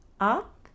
up